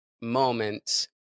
moments